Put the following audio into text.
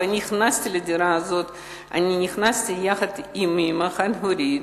אני נכנסתי לדירה הזאת של אמא חד-הורית,